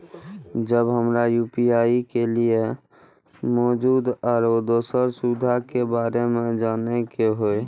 जब हमरा यू.पी.आई के लिये मौजूद आरो दोसर सुविधा के बारे में जाने के होय?